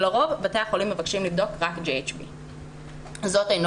ולרוב בתי החולים מבקשים לבדוק רק GHB. זאת אינו